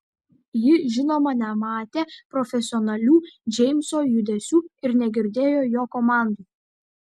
ji žinoma nematė profesionalių džeimso judesių ir negirdėjo jo komandų